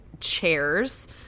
chairs